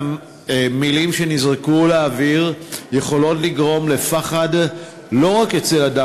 והמילים שנזרקו לאוויר יכולות לגרום לפחד לא רק אצל